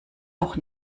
auch